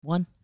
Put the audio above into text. One